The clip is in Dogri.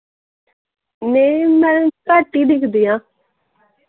मैं मैडम घट ही दिक्खदी आं